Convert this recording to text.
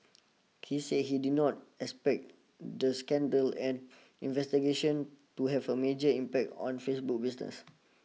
he said he did not expect the scandal and investigations to have a major impact on Facebook's business